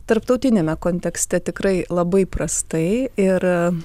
tarptautiniame kontekste tikrai labai prastai ir